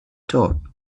thought